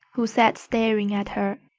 who sat staring at her,